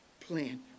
plan